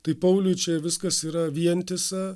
tai pauliui čia viskas yra vientisa